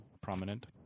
Prominent